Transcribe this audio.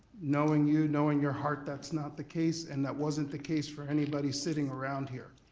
knowing you, knowing your heart that's not the case and that wasn't the case for anybody sitting around here,